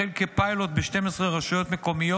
החוק לייעול האכיפה והפיקוח העירוניים ברשויות המקומיות